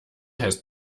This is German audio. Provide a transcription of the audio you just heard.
heißt